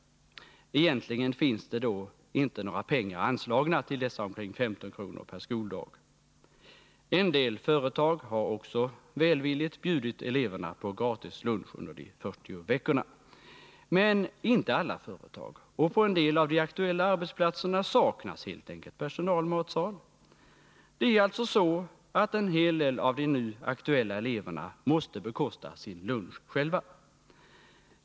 Egentligen finns det då inte några pengar anslagna till dessa omkring 15 kr. per skoldag. En del företag har också välvilligt bjudit eleverna på gratis lunch under de 40 veckorna. Men inte alla företag, och på en del av de aktuella arbetsplatserna saknas helt enkelt personalmatsal. Det är alltså så att en hel del av de nu aktuella eleverna måste bekosta sin lunch själva.